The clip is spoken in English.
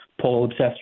poll-obsessed